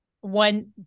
One